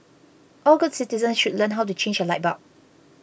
all good citizens should learn how to change a light bulb